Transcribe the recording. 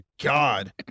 God